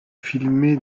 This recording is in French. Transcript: filmé